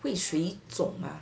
会水肿 mah